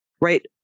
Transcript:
right